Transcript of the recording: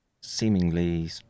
seemingly